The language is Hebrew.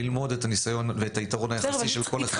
ללמוד את היתרון ואת היתרון היחסי של כל אחד --- בסדר,